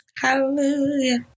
Hallelujah